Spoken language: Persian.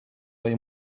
های